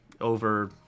over